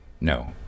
No